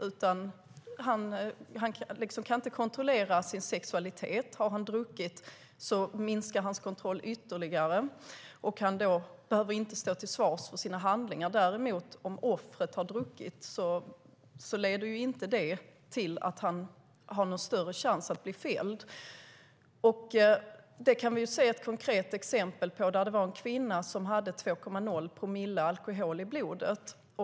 Han kan inte kontrollera sin sexualitet. Har han druckit minskar hans kontroll ytterligare, och han behöver då inte stå till svars för sina handlingar. Om offret har druckit leder det däremot inte till någon större chans att han blir fälld. Det kan vi se ett konkret exempel på. Det var en kvinna som hade 2,0 promille alkohol i blodet.